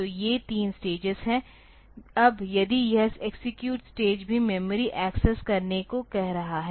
तो ये तीन स्टेज हैं अब यदि यह एक्सेक्यूट स्टेज भी मेमोरी एक्सेस करने को कह रहा है